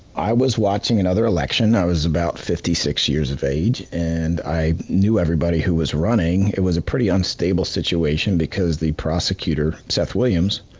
i was watching another election, i was about fifty six years of age, and i knew everybody who was running. it was a pretty unstable situation because the prosecutor, seth williams,